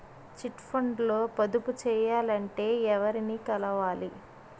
Chit funds లో పొదుపు చేయాలంటే ఎవరిని కలవాలి?